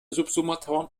subsummatoren